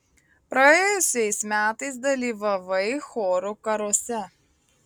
praėjusiais metais dalyvavai chorų karuose